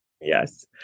yes